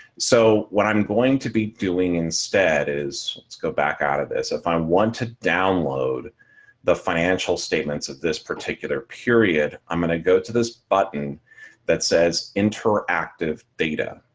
so what i'm going to be doing instead is let's go back out of this. if i want to download the financial statements of this particular period. i'm going to go to this button that says interactive data.